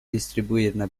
distribuirne